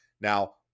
Now